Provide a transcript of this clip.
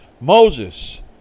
Moses